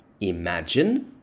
Imagine